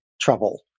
trouble